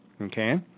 okay